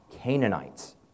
Canaanites